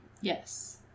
Yes